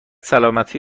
سلامتی